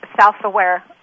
self-aware